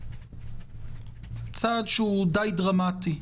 צעד שהוא די דרמטי.